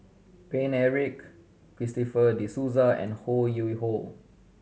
Paine Eric Christopher De Souza and Ho Yuen Hoe